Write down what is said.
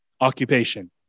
occupation